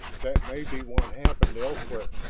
that may be what happened elsewhere,